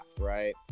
right